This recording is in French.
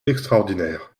extraordinaire